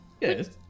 Yes